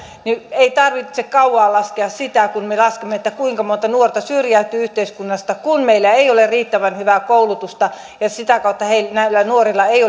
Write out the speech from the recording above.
ei tarvitse kauan laskea sitä kuinka monta nuorta syrjäytyy yhteiskunnasta kun heillä ei ole riittävän hyvää koulutusta ja sitä kautta ei